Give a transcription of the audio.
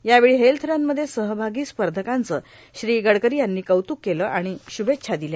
यावेळी हेल्थ रनमध्ये सहभागी स्पधकांचं श्री गडकरां यांनी कौत्रक केलं आर्मण श्रभेच्छा दिल्या